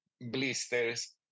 blisters